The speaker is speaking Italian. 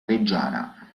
reggiana